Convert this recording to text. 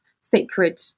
sacred